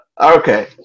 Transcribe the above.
Okay